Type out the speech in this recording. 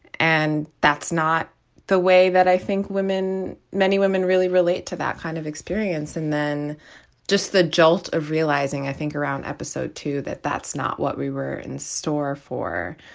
and that's not the way that i think women, many women really relate to that kind of experience. and then just the jolt of realizing, i think around episode two, that that's not what we were in store for,